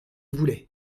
voulais